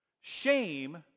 Shame